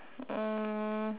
um